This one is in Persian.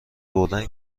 بردن